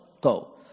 Go